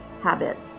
habits